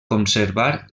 conservar